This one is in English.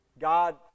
God